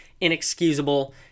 inexcusable